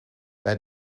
bij